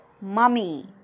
Mummy